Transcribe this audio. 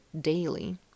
daily